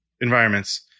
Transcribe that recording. environments